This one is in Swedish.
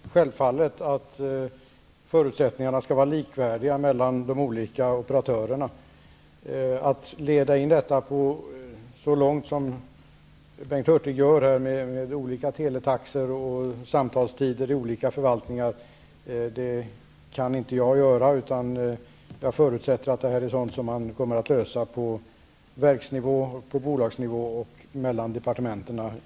Her talman! Självfallet skall förutsättningarna vara likvärdiga för de olika operatörerna. Men jag kan inte leda in detta så långt som Bengt Hurtig gör när han redovisar olika teletaxor och olika samtalstider vid olika förvaltningar. Jag förutsätter att detta är sådant som kommer att lösas genom förhandlingar på verksnivå, på bolagsnivå och mellan departementen.